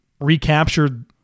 recaptured